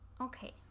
Okay